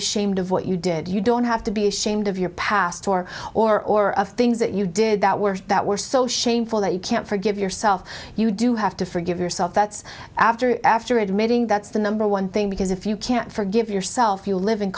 ashamed of what you did you don't have to be ashamed of your past or or or of things that you did that were that were so shameful that you can't forgive yourself you do have to forgive yourself that's after after admitting that's the number one thing because if you can't forgive yourself you live in